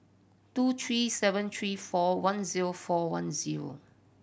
two three seven three four one zero four one zero